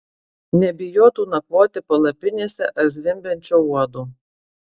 nebijotų nakvoti palapinėse ar zvimbiančio uodo